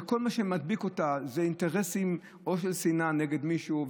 שכל מה שמדביק אותה זה אינטרסים או שנאה נגד מישהו,